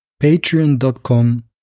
patreon.com